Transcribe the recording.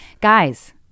Guys